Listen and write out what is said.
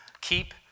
keep